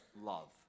love